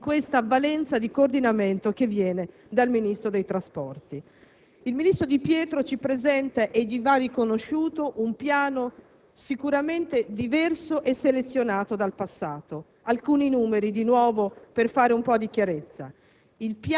e di questa valenza di coordinamento che viene dal Ministro dei trasporti. Il ministro Di Pietro ci presenta (e gli va riconosciuto) un piano sicuramente diverso e selezionato dal passato. Alcuni numeri di nuovo per fare un po' di chiarezza: